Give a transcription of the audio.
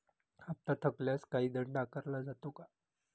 हप्ता थकल्यास काही दंड आकारला जातो का?